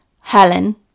Helen